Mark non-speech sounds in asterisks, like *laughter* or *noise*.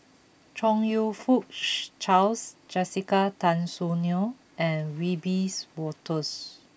Chong you Fook *noise* Charles Jessica Tan Soon Neo and Wiebe Wolters